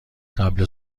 قبل